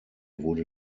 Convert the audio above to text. wurde